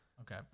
okay